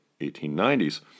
1890s